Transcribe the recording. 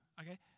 Okay